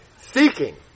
seeking